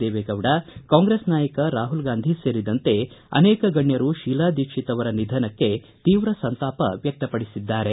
ದೇವೆಗೌಡ ಕಾಂಗ್ರೆಸ್ ನಾಯಕ ರಾಹುಲ್ ಗಾಂಧಿ ಸೇರಿದಂತೆ ಅನೇಕ ಗಣ್ಯರು ಶೀಲಾ ದೀಕ್ಷಿತ್ ಅವರ ನಿಧನಕ್ಕೆ ತೀವ್ರ ಸಂತಾಪ ವ್ವಕ್ತಪಡಿಸಿದ್ದಾರೆ